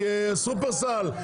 שופרסל,